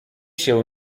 się